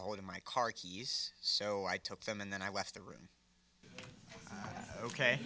a hold of my cards so i took them and then i left the room ok